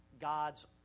God's